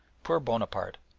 poor bonaparte!